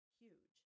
huge